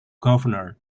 governor